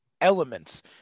elements